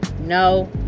no